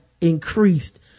increased